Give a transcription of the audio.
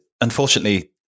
unfortunately